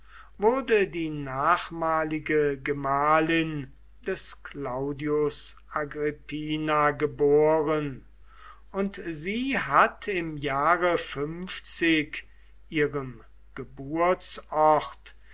wurde die nachmalige gemahlin des claudius agrippina geboren und sie hat im jahre ihrem